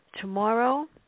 tomorrow